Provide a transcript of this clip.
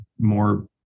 more